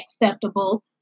acceptable